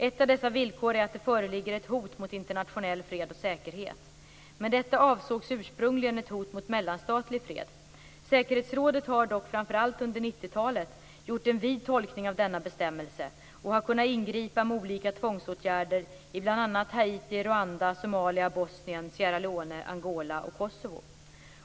Ett av dessa villkor är att det föreligger ett hot mot internationell fred och säkerhet. Med detta avsågs ursprungligen ett hot mot mellanstatlig fred. Säkerhetsrådet har dock, framför allt under 1990-talet, gjort en vid tolkning av denna bestämmelse, och har kunnat ingripa med olika tvångsåtgärder i bl.a. Haiti, Rwanda, Somalia, Bosnien, Sierra Leone, Angola och Kosovo.